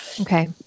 Okay